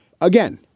Again